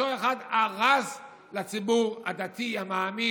אותו אחד שהרס לציבור הדתי המאמין